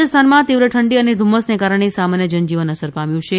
રાજસ્થાનમાં તીવ્ર ઠંડી અને ધુમ્મસને કારણે સામાન્ય જનજીવન અસર પામ્યું છે